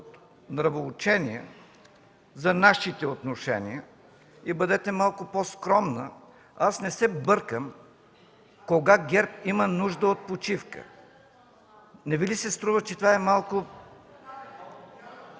от нравоучение за нашите отношения. Бъдете малко по-скромна. Аз не се бъркам кога ГЕРБ има нужда от почивка. Не Ви ли се струва, че това е малко ...